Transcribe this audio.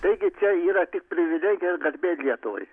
taigi čia yra tik privilegija ir garbė lietuvai